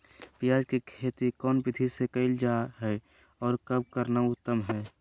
प्याज के खेती कौन विधि से कैल जा है, और कब करना उत्तम है?